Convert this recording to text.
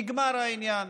נגמר העניין,